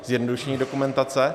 Zjednodušení dokumentace?